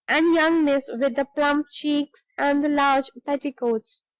and young miss with the plump cheeks and the large petticoats.